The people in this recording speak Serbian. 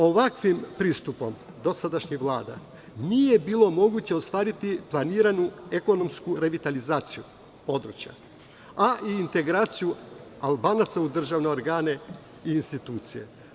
Ovakvim pristupom dosadašnjih vlada nije bilo moguće ostvariti planiranu ekonomsku revitalizaciju područja, a i integraciju Albanaca u državne organe i institucije.